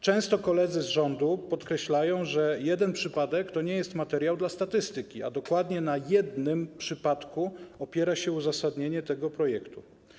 Często koledzy z rządu podkreślają, że jeden przypadek to nie jest materiał dla statystyki, a dokładnie na jednym przypadku opiera się uzasadnienie tego projektu.